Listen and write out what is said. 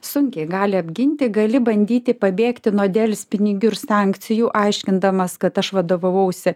sunkiai gali apginti gali bandyti pabėgti nuo delspinigių ir sankcijų aiškindamas kad aš vadovavausi